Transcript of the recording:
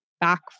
back